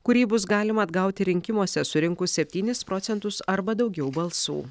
kurį bus galima atgauti rinkimuose surinkus septynis procentus arba daugiau balsų